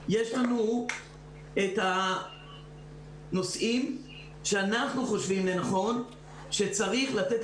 יש לנו את הנושאים שאנחנו חושבים לנכון שצריך לתת